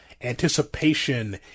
anticipation